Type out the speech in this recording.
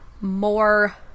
more